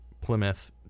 Plymouth